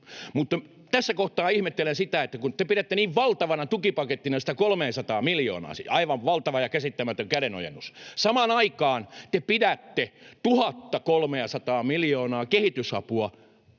mutta tässä kohtaa ihmettelen: Te pidätte valtavana tukipakettina sitä 300:aa miljoonaa — aivan valtavana ja käsittämättömänä kädenojennuksena. Samaan aikaan te pidätte 1 300:aa miljoonaa kehitysapua